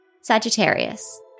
Sagittarius